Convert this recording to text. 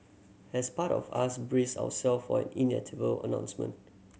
has part of us braced ourselves for an inevitable announcement